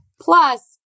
Plus